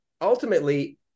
ultimately